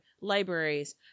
libraries